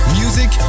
music